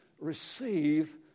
receive